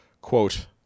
quote